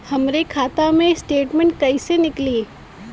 हमरे खाता के स्टेटमेंट कइसे निकली?